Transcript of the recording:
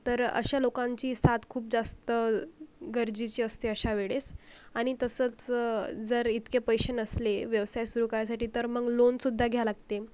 तर अशा लोकांची साथ खूप जास्त गरजेची असते अशा वेळेस आणि तसंच जर इतके पैसे नसले व्यवसाय सुरू करायसाठी तर मग लोनसुद्धा घ्या लागते